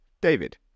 David